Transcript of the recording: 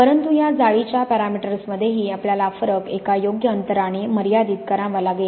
परंतु या जाळीच्या पॅरामीटर्समध्येही आपल्याला फरक एका योग्य अंतराने मर्यादित करावा लागेल